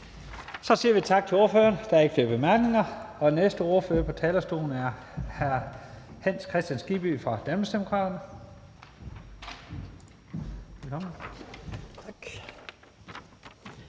Så siger vi tak til ordføreren. Der er ikke flere korte bemærkninger. Næste ordfører på talerstolen er hr. Hans Kristian Skibby fra Danmarksdemokraterne.